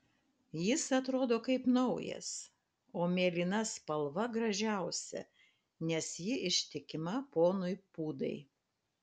jis atrodo kaip naujas o mėlyna spalva gražiausia nes ji ištikima ponui pūdai